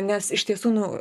nes iš tiesų nu